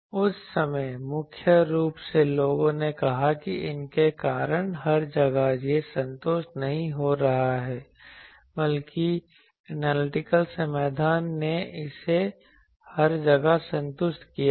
उस समय मुख्य रूप से लोगों ने कहा कि इनके कारण हर जगह यह संतुष्ट नहीं हो रहा है बल्कि एनालिटिकल समाधान ने इसे हर जगह संतुष्ट किया है